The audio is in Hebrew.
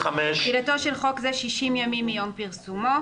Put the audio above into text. תחילתו של חוק זה 60 ימים מיום פרסומו.